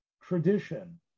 tradition